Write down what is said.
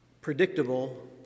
predictable